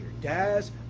Daz